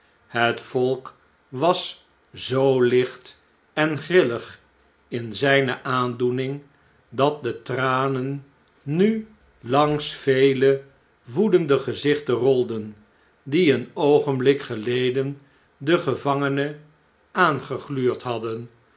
het volk was zoo licht en grillig in zjjne aandoening dat de tranen nu langs vele woedende gezichten rolden die een oogenblik geleden den gevangene aangegluurd hadden